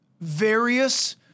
various